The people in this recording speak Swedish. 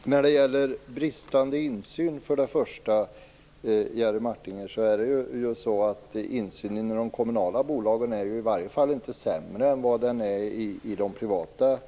Fru talman! När det gäller bristande insyn, Jerry Martinger, är insynen i de kommunala bolagen i varje fall inte sämre än den är i de privata